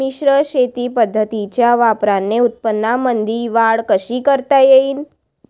मिश्र शेती पद्धतीच्या वापराने उत्पन्नामंदी वाढ कशी करता येईन?